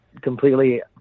completely